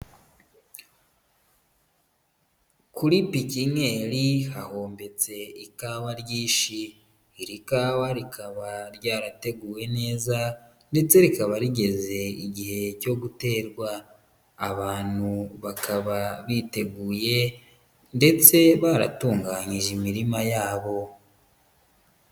Kuri pikinyeri, hahombetse ikawa ryinshi. Iri kawa rikaba ryarateguwe neza, ndetse rikaba rigeze igihe cyo guterwa. Abantu bakaba biteguye, ndetse baratunganyije imirima yabo.